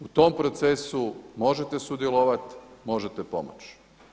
U tom procesu možete sudjelovati, možete pomoći.